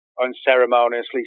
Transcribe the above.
unceremoniously